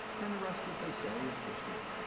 and the rest, as they say, is history.